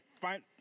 find